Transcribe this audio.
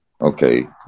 Okay